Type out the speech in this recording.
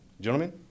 Gentlemen